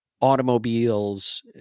automobiles